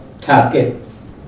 targets